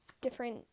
different